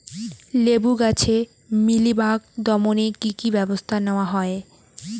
লেবু গাছে মিলিবাগ দমনে কী কী ব্যবস্থা নেওয়া হয়?